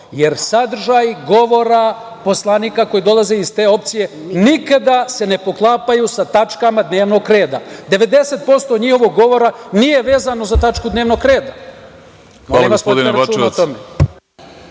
jer sadržaj govora poslanika koji dolaze iz te opcije nikada se ne poklapaju sa tačkama dnevnog reda. Devedeset posto njihovog govora nije vezano za tačku dnevnog reda. Molim vas, vodite računa